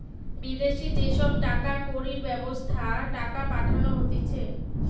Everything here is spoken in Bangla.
বিদেশি যে সব টাকা কড়ির ব্যবস্থা টাকা পাঠানো হতিছে